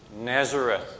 Nazareth